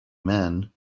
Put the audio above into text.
men